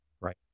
right